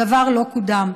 דבר לא קודם.